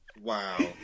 Wow